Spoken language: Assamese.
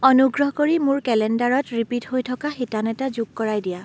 অনুগ্ৰহ কৰি মোৰ কেলেণ্ডাৰত ৰিপিট হৈ থকা শিতান এটা যোগ কৰাই দিয়া